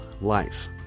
life